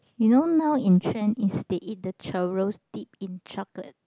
you know now in trend is to eat the churros dip in chocolate